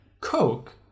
Coke